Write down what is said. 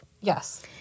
Yes